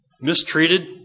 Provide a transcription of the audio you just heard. mistreated